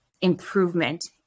improvement